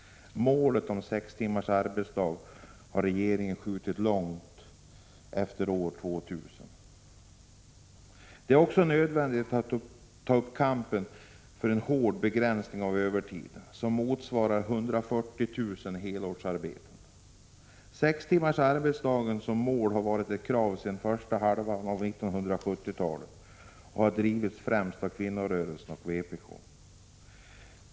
Målet om sex timmars arbetsdag har regeringen skjutit framåt till långt efter år 2000. Det är också nödvändigt att ta kamp för en hård begränsning av övertiden, Sex timmars arbetsdag har varit ett krav sedan första halvan av 1970-talet och har drivits främst av kvinnorörelsen och vpk.